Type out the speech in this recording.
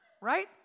Right